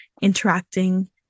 interacting